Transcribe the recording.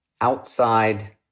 outside